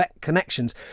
connections